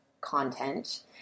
content